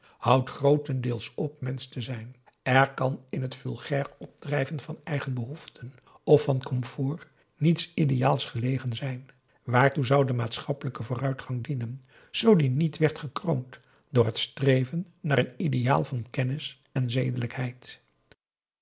houdt grootendeels op mensch te zijn er kan in het v u l g a i r opdrijven van eigen behoeften of van comfort niets ideaals gelegen zijn waartoe zou de maatschappelijke vooruitgang dienen zoo die niet werd gekroond door het streven naar een ideaal van kennis en